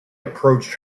approached